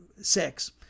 six